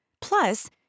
Plus